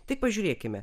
tik pažiūrėkime